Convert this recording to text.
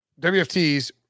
WFTs